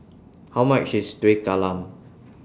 How much IS Kueh Talam